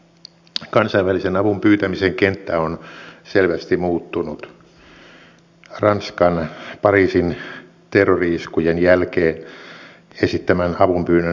kansainvälisen avun pyytämisen kenttä on selvästi muuttunut ranskan pariisin terrori iskujen jälkeen esittämän avunpyynnön seurauksena